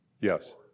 Yes